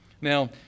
Now